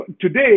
today